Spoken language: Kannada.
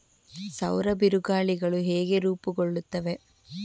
ಸೌರ ಬಿರುಗಾಳಿಗಳು ಹೇಗೆ ರೂಪುಗೊಳ್ಳುತ್ತವೆ?